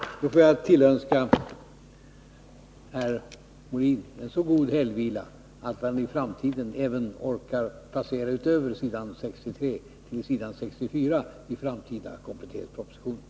Jag får önska herr Molin en god helgvila — och att han i framtiden orkar passera förbi s. 63 till s. 64 i kommande kompletteringspropositioner.